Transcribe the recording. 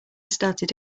started